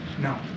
No